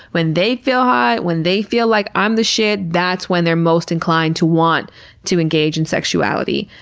when they feel hot, when they feel like, i'm the shit, that's when they're most inclined to want to engage in sexuality.